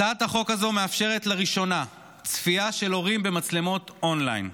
הצעת החוק הזו מאפשרת לראשונה צפייה של הורים במצלמות און-ליין.